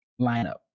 lineup